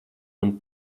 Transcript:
man